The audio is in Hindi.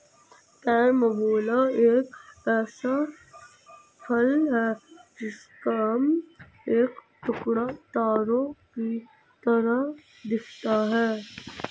कैरम्बोला एक ऐसा फल है जिसका एक टुकड़ा तारों की तरह दिखता है